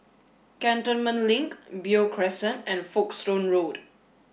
Cantonment Link Beo Crescent and Folkestone Road